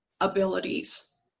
abilities